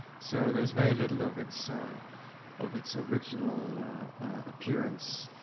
so there's very little of its of its original appearance.